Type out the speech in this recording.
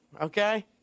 Okay